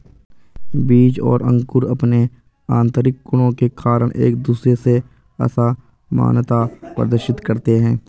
बीज और अंकुर अंपने आतंरिक गुणों के कारण एक दूसरे से असामनता प्रदर्शित करते हैं